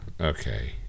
Okay